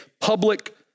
public